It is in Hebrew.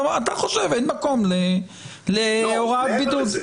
אתה חושב שאין מקום להוראת בידוד.